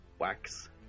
Wax